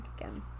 again